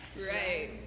Right